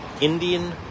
Indian